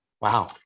Wow